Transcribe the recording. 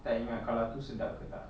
tak ingat kalau itu sedap ke tak